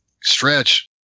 stretch